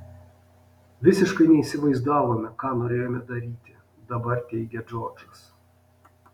visiškai neįsivaizdavome ką norėjome daryti dabar teigia džordžas